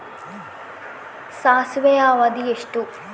ಸಾಸಿವೆಯ ಅವಧಿ ಎಷ್ಟು?